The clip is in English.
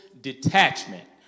detachment